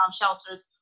shelters